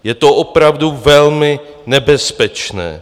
Je to opravdu velmi nebezpečné.